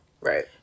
Right